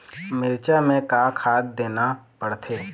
मिरचा मे का खाद देना पड़थे?